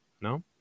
No